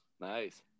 Nice